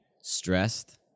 stressed